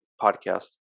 podcast